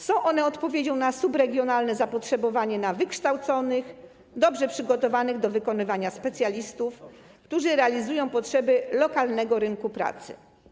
Są one odpowiedzią na subregionalne zapotrzebowanie na wykształconych, dobrze przygotowanych do wykonywania zawodu specjalistów, którzy realizują potrzeby lokalnego rynku pracy.